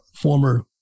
former